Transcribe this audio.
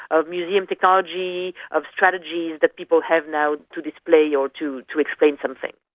ah museum technology, of strategies that people have now to display yeah or to to explain something.